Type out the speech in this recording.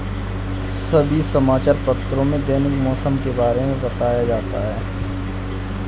सभी समाचार पत्रों में दैनिक मौसम के बारे में बताया जाता है